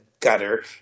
gutter